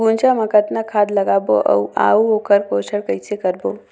गुनजा मा कतना खाद लगाबो अउ आऊ ओकर पोषण कइसे करबो?